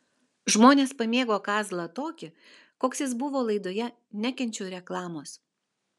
žmonės pamėgo kazlą tokį koks jis buvo laidoje nekenčiu reklamos